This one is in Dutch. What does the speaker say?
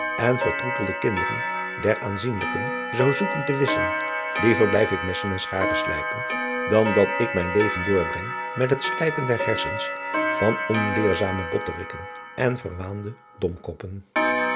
en vertroetelde kinderen der aanzienlijken zou zoeken te wisschen liever blijf ik messen en scharen slijpen dan dat ik mijn leven doorbreng met het slijpen der harsens van onleerzame botterikken en verwaande